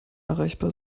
erreichbar